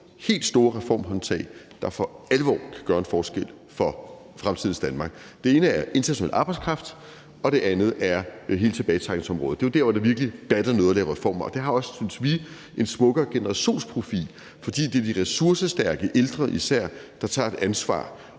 helt store reformhåndtag, der for alvor kan gøre en forskel for fremtidens Danmark. Det ene er international arbejdskraft, og det andet er hele tilbagetrækningsområdet. Det er der, hvor det virkelig batter noget at lave reformer, og det har også, synes vi, en smukkere generationsprofil, fordi det især er de ressourcestærke ældre, der tager et ansvar.